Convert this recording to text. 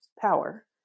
power